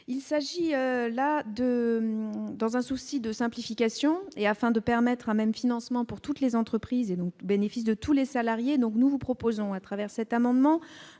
il s'agit là de dans un souci de simplification et afin de permettre à même financements pour toutes les entreprises et donc le bénéfice de tous les salariés donc, nous vous proposons à travers cet amendement